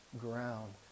ground